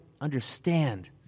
understand